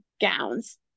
gowns